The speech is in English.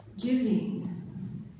giving